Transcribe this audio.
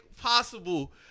possible